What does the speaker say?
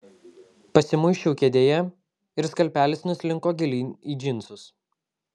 pasimuisčiau kėdėje ir skalpelis nuslinko gilyn į džinsus